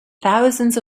thousands